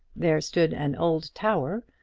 there stood an old tower,